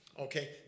Okay